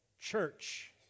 church